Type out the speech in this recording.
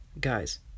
guys